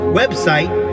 website